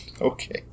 Okay